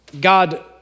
God